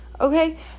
Okay